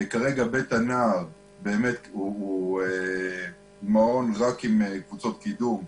כרגע בית הנער הוא מעון רק עם קבוצות קידום.